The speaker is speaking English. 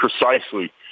precisely